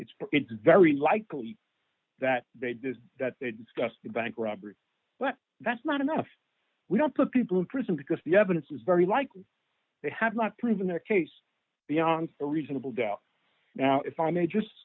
it's it's very likely that they did that they discussed the bank robbery but that's not enough we don't put people in prison because the evidence is very likely they have not proven their case beyond a reasonable doubt now if i may just